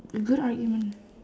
good argument